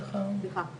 זה דבר אחד.